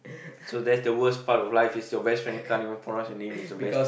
so that's the worst part of life is your best friend can't even pronounce your name is the best